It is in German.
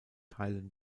teilen